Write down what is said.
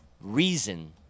reason